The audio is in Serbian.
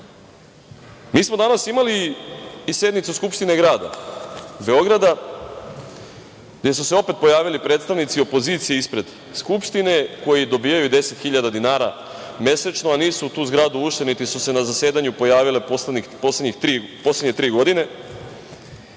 smo danas imali i sednicu Skupštine grada Beograda gde su se opet pojavili predstavnici opozicije ispred Skupštine, koji dobijaju 10.000 dinara mesečno a nisu u tu zgradu ušli, niti su se na zasedanju pojavili poslednje tri godine,